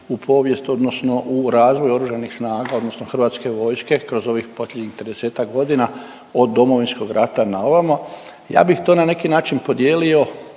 u povijest odnosno u razvoj Oružanih snaga odnosno Hrvatske vojske kroz ovih posljednjih 30 godina od Domovinskog rata na ovamo. Ja bih to na neki način podijelio